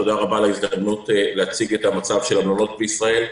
תודה רבה על ההזדמנות להציג את המצב של המלונות בישראל.